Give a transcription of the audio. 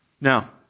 Now